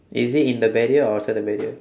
is it in the barrier or outside the barrier